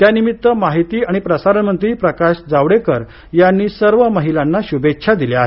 त्या निमित्त माहिती आणि प्रसारण मंत्री प्रकाश जावडेकर यांनी सर्व महिलांना शुभेच्छा दिल्या आहेत